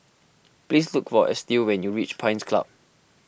please look for Estill when you reach Pines Club